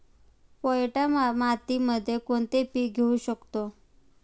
पोयटा मातीमध्ये कोणते पीक घेऊ शकतो?